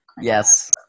Yes